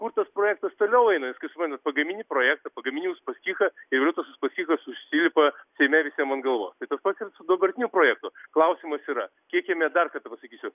kur tas projektas toliau eina jūs kaip suprantat pagamini projektą pagamini uspaskichą ir vėliau tas uspaskichas užsilipa seime visiem atgal tai tas pats ir su dabartiniu projektu klausimas yra kiek jame dar kada pasakysiu